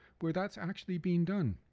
where that's actually being done.